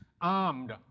armed